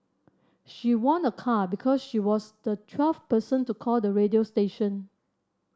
she won a car because she was the twelfth person to call the radio station